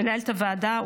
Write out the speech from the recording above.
מנהלת הוועדה,